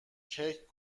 کیک